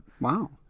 wow